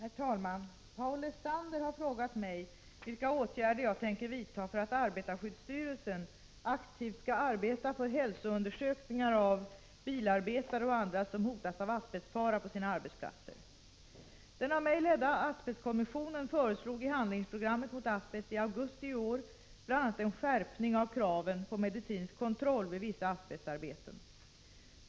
Herr talman! Paul Lestander har frågat mig vilka åtgärder jag tänker vidta för att arbetarskyddsstyrelsen aktivt skall arbeta för hälsoundersökningar av bilarbetare och andra som hotas av asbestfara på sina arbetsplatser. Den av mig ledda asbestkommissionen förslog i handlingsprogrammet mot asbest i augusti i år bl.a. en skärpning av kraven på medicinsk kontroll vid vissa asbestarbeten.